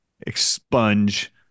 expunge